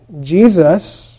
Jesus